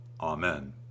Amen